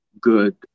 good